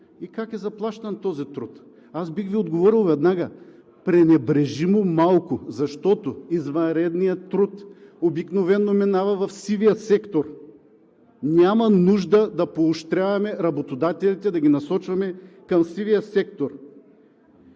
и как е заплащан този труд? Аз бих Ви отговорил веднага: пренебрежимо малко, защото извънредният труд обикновено минава в сивия сектор, а няма нужда да поощряваме работодателите и да ги насочваме към сивия сектор.